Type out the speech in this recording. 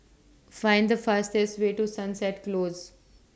Find The fastest Way to Sunset Close